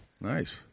nice